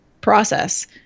process